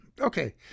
Okay